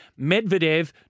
Medvedev